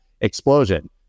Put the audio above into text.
explosion